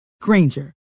Granger